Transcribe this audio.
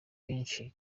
benshi